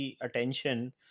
attention